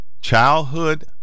childhood